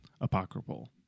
apocryphal